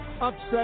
upset